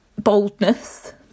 boldness